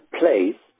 place